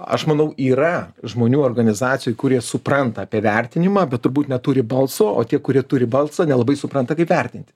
aš manau yra žmonių organizacijų kurie supranta apie vertinimą bet turbūt neturi balso o tie kurie turi balsą nelabai supranta kaip vertinti